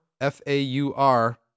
F-A-U-R